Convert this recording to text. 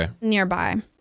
nearby